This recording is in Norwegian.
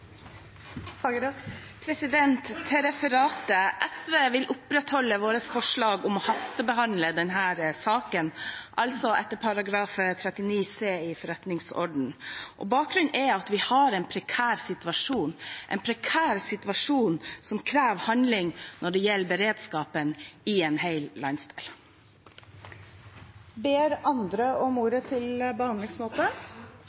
Til referatet: SV vil opprettholde vårt forslag om å hastebehandle denne saken, altså etter § 39 c i Stortingets forretningsorden. Bakgrunnen er at vi har en prekær situasjon, som krever handling, når det gjelder beredskapen i en hel landsdel. Ber andre om